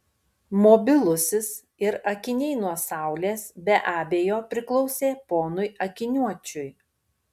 mobilusis ir akiniai nuo saulės be abejo priklausė ponui akiniuočiui